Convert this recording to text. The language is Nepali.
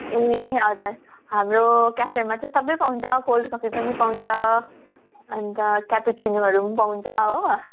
ए हजार हाम्रो क्याफेमा चाहिँ सबै पाउँछ कोल्ड कफी पनि पाउँछ अन्त क्यापेचिनोहरू पनि पाउँछ हो